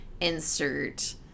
insert